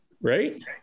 Right